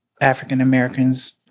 African-Americans